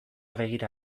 begira